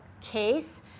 case